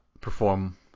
perform